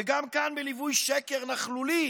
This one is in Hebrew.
וגם כאן בליווי שקר נכלולי